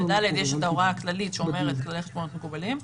ב-(ד) יש את ההוראה הכללית שאומרת שצריך חשבונות מקובלים.